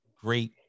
great